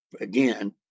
again